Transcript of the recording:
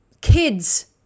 kids